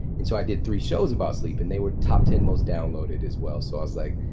and so i did three shows about sleep. and they were top ten most downloaded as well. so i was like,